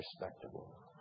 respectable